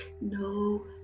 No